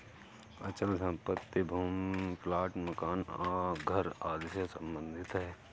अचल संपत्ति भूमि प्लाट मकान घर आदि से सम्बंधित है